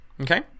Okay